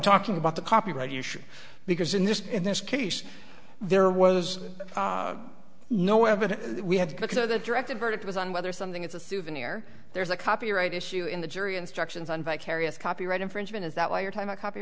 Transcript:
talking about the copyright issue because in this in this case there was no evidence that we had to cook so that directed verdict was on whether something is a souvenir there's a copyright issue in the jury instructions on vicarious copyright infringement is that why your time a copy